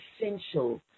essential